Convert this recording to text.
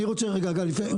אני רוצה לשאול